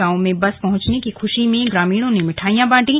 गांव में बस पहुंचने की खुशी में ग्रामीणों ने मिठाइयां बांटी